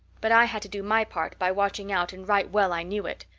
but i had to do my part by watching out and right well i knew it.